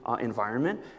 environment